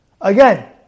Again